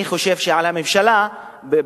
אני חושב שעל הממשלה במיוחד,